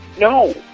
No